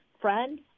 friend